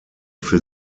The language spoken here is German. für